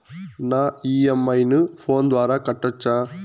నా ఇ.ఎం.ఐ ను ఫోను ద్వారా కట్టొచ్చా?